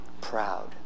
proud